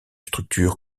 structure